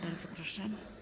Bardzo proszę.